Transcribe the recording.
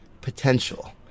potential